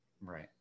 Right